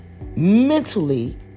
mentally